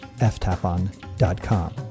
ftapon.com